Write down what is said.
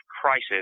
crisis